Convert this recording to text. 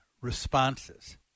responses